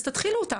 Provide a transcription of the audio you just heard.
אז תתחילו אותה,